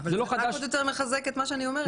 זה עוד יותר מחזק את מה שאני אומרת.